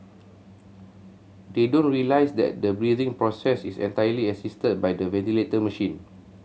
they don't realise that the breathing process is entirely assisted by the ventilator machine